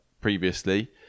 previously